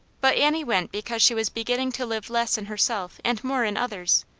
but annie went because she was beginning to live less in herself and more in others,